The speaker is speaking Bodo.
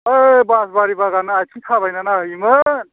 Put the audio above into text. बै बासबारि बागान आथिं थाबायनानै नायहैयोमोन